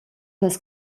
las